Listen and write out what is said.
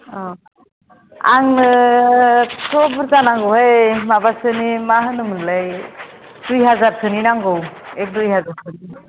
औ आंनो थ' बुरजा नांगौहाय माबासोनि मा होनोमोनलाय दुइ हाजारसोनि नांगौ एक दुइ हाजारसोनि